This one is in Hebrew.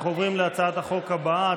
אנחנו עוברים להצעת החוק הבאה,